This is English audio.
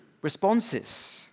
responses